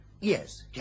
Yes